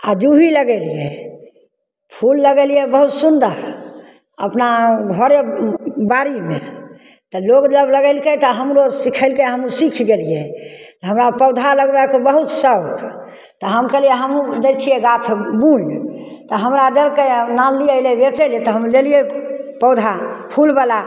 आओर जूही लगेलिए फूल लगेलिए बहुत सुन्दर अपना घरे बाड़ीमे तऽ लोक जब लगेलकै तऽ हमरो सिखेलकै हमहूँ सिखि गेलिए हमरा पौधा लगबैके बहुत सौख तऽ हम कहलिए हमहूँ दै छिए गाछ बुनि तऽ हमरा देलकै आनलिए अएलै बेचै ले तऽ हम लेलिए पौधा फूलवला